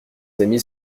amis